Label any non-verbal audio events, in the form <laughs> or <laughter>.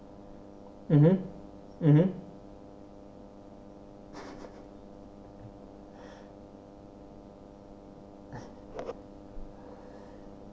mmhmm <laughs> <breath>